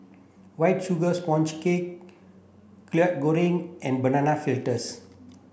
white sugar sponge cake Kwetiau Goreng and banana fritters